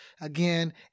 Again